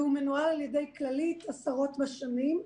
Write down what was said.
והוא מנוהל על ידי כללית עשרות בשנים.